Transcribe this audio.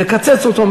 לקצץ אותו,